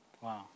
Wow